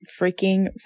freaking